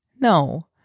No